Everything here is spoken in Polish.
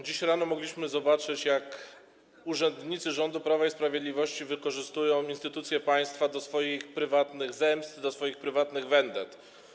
Dziś rano mogliśmy zobaczyć, jak urzędnicy rządu Prawa i Sprawiedliwości wykorzystują instytucje państwa do swoich prywatnych zemst, do swoich prywatnych wendet.